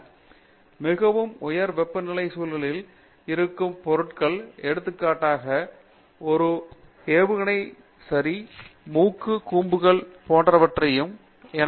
மற்றும் மிகவும் உயர் வெப்பநிலை சூழல்களில் இருக்கும் பொருட்கள் எடுத்துக்காட்டாக ஒரு ஏவுகணை சரி மூக்கு கூம்புகள் போன்ரவையாகும்